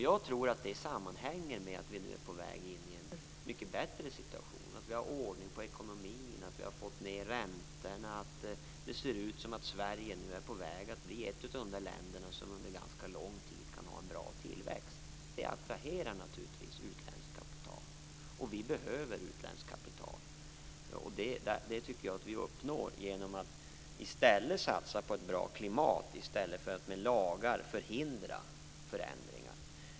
Jag tror att det sammanhänger med att vi nu är på väg in i en mycket bättre situation: Vi har ordning på ekonomin, vi har fått ned räntorna, det ser ut som om Sverige nu är på väg att bli ett av de där länderna som under ganska lång tid kan ha en bra tillväxt. Det attraherar naturligtvis utländskt kapital, och vi behöver utländskt kapital. Det tycker jag att vi uppnår genom att satsa på ett bra klimat i stället för att med lagar förhindra förändringar.